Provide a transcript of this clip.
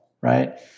right